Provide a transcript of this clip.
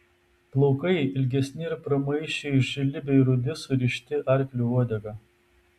plaukai ilgesni ir pramaišiui žili bei rudi surišti arklio uodega